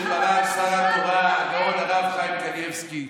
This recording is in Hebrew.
מרן שר התורה הגאון הרב חיים קניבסקי,